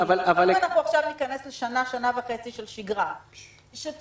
אם אנחנו עכשיו ניכנס לשנה-שנה וחצי של שגרה שתייצר